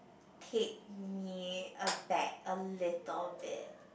take me a back a little bit